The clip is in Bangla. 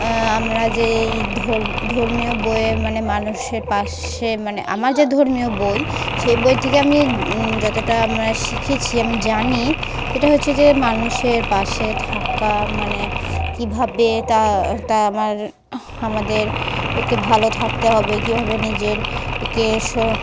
আমরা যেই ধ ধর্মীয় বইয়ে মানে মানুষের পাশে মানে আমার যে ধর্মীয় বই সেই বই থেকে আমি যতটা আমরা শিখেছি আমি জানি সেটা হচ্ছে যে মানুষের পাশে থাকা মানে কীভাবে তা তা আমার আমাদের একে ভালো থাকতে হবে কীভাবে নিজের একে